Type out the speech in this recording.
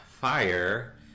fire